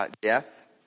death